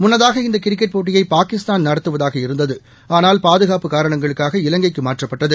முன்னதாக இந்த கிரிக்கெட் போட்டியை பாகிஸ்தான் நடத்துவதாக இருந்தது ஆனால் பாதுகாப்பு காரணங்களுக்காக இலங்கைக்கு மாற்றப்பட்டது